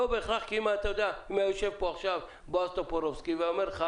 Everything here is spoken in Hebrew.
כי אם היה יושב פה עכשיו בועז טופורובסקי ואומר לך